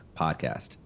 podcast